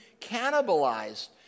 cannibalized